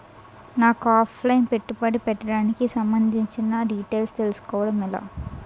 నాకు offline పెట్టుబడి పెట్టడానికి సంబందించిన డీటైల్స్ తెలుసుకోవడం ఎలా?